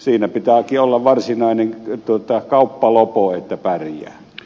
siinä pitääkin olla varsinainen kauppa lopo että pärjää